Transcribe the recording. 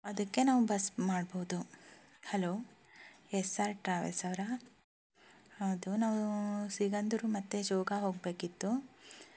ಅದಕ್ಕೆ ನಾವು ಬಸ್ ಮಾಡ್ಭೌದು ಹಲೋ ಎಸ್ ಆರ್ ಟ್ರಾವೆಲ್ಸ್ ಅವರಾ ಹೌದು ನಾವು ಸಿಗಂದೂರು ಮತ್ತು ಜೋಗ ಹೋಗಬೇಕಿತ್ತು